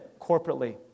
corporately